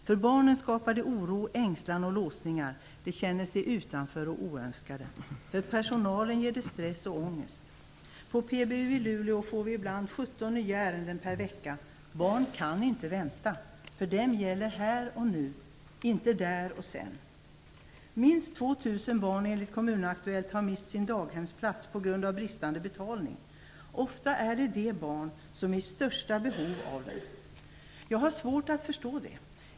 För barnen skapar det oro, ängslan och låsningar, de känner sig utanför och oönskade. För personalen ger det stress och ångest. På PBU i Luleå får vi ibland 17 nya ärenden per vecka. Barn kan inte vänta - för dem gäller här och nu, inte där och sen. Ofta är det de barn som är i största behovet av den. Jag har svårt att förstå det.